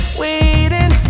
waiting